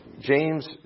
James